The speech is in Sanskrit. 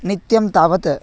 नित्यं तावत्